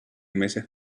meses